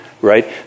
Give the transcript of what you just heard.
right